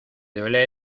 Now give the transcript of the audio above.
duele